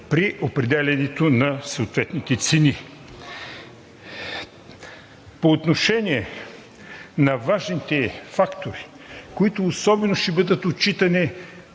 при определянето на съответните цени. По отношение на важните фактори, които особено ще бъдат отчитани